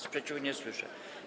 Sprzeciwu nie słyszę.